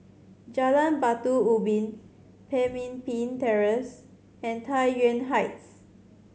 Jalan Batu Ubin Pemimpin Terrace and Tai Yuan Heights